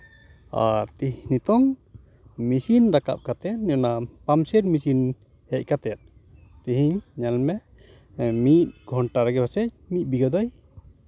ᱟᱨ ᱱᱤᱛᱚᱝ ᱢᱮᱹᱥᱤᱱ ᱨᱟᱠᱟᱵ ᱠᱟᱛᱮ ᱚᱱᱟ ᱯᱟᱢᱯ ᱥᱮᱹᱴ ᱢᱮᱹᱥᱤᱱ ᱦᱮᱡ ᱠᱟᱛᱮ ᱛᱮᱦᱮᱧ ᱧᱮᱞ ᱢᱤᱫ ᱜᱷᱚᱱᱴᱟ ᱨᱮᱜᱮ ᱯᱟᱥᱮᱡ ᱢᱤᱫ ᱵᱤᱜᱷᱟᱹ ᱫᱚᱭ